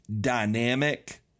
Dynamic